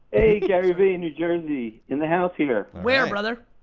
hey gary v, in new jersey, in the house here. where, brother?